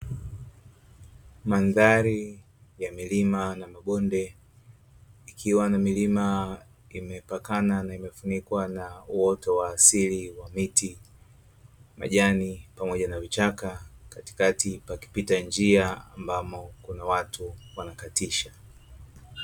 Mandhari ya milima na mabonde ikiwa na milima imepakana na imefunikwa na uoto wa asili wa miti, majani pamoja na vichaka katikati pakipita njia ambamo kuna watu wanakatisha.